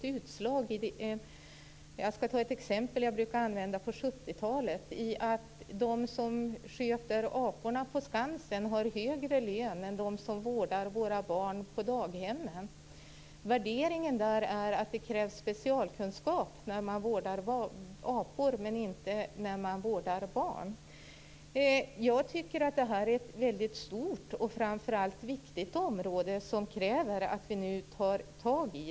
Jag skall ta ett exempel som jag brukade använda på 70-talet. De som sköter aporna på Skansen har högre lön än de som vårdar våra barn på daghemmen. Värderingen där är att det krävs specialkunskap när man vårdar apor men inte när man vårdar barn. Det här är ett väldigt stort och framför allt viktigt område, som det krävs att vi nu tar tag i.